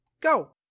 go